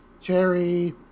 Cherry